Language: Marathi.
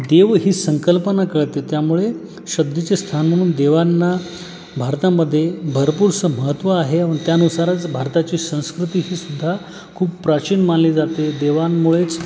देव ही संकल्पना कळते त्यामुळे श्रध्देचे स्थान म्हणून देवांना भारतामध्ये भरपूरसं महत्त्व आहे व त्यानुसारच भारताची संस्कृती सुद्धा खूप प्राचीन मानली जाते देवांमुळेच